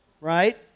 right